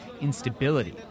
instability